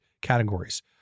categories